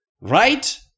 right